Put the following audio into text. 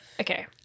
Okay